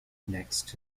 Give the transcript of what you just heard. next